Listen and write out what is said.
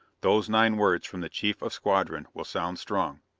those nine words from the chief of squadron will sound strong.